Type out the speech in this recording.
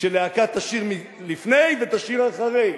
שלהקה תשיר לפני ותשיר אחרי.